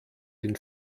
den